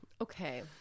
Okay